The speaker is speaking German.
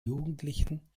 jugendlichen